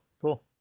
Cool